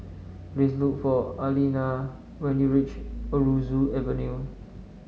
please look for Aleena when you reach Aroozoo Avenue